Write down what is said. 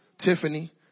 Tiffany